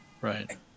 Right